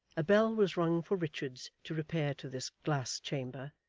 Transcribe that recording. a bell was rung for richards to repair to this glass chamber,